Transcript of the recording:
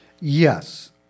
Yes